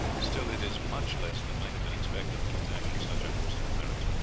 still it is much less than might have been expected from attacking such a host of pirates.